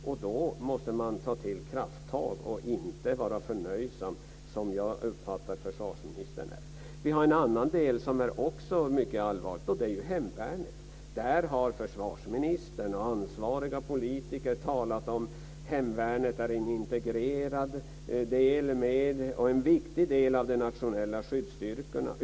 Och då måste man ta till krafttag och inte vara förnöjsam, som jag uppfattar att försvarsministern är. Vi har en annan del som också är mycket allvarlig. Det är hemvärnet. Försvarsministern och ansvariga politiker har talat om att hemvärnet är en integrerad del och en viktig del av de nationella skyddsstyrkorna.